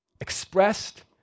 expressed